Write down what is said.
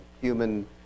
human